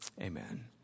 Amen